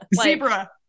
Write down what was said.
Zebra